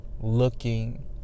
looking